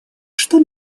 что